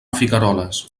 figueroles